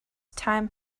time